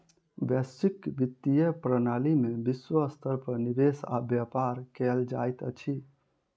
वैश्विक वित्तीय प्रणाली में विश्व स्तर पर निवेश आ व्यापार कयल जाइत अछि